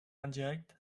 indirect